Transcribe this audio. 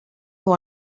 who